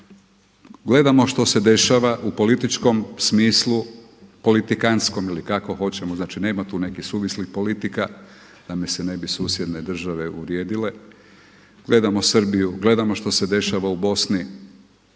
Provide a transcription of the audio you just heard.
Gledamo što se dešava u političkom smislu, politikanskom ili kako hoćemo, znači nema tu nekakvih suvislih politika da mi se ne bi susjedne države uvrijedile. Gledamo Srbiju, gledamo što se dešava u Bosni.